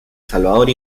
salvador